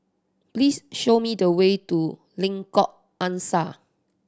please show me the way to Lengkok Angsa